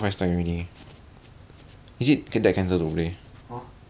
可是为什么啊为什么啊他们每次都是去